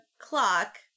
clock